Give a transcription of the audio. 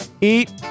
eat